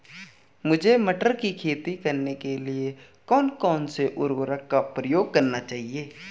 मुझे मटर की खेती करने के लिए कौन कौन से उर्वरक का प्रयोग करने चाहिए?